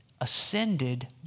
ascended